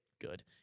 good